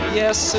yes